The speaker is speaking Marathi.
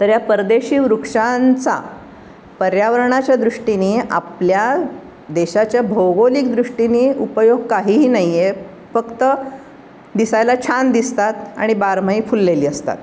तर या परदेशी वृक्षांचा पर्यावरणाच्या दृष्टीने आपल्या देशाच्या भौगोलिकदृष्टीने उपयोग काहीही नाही आहे फक्त दिसायला छान दिसतात आणि बारमाही फुललेली असतात